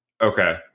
okay